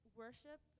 worship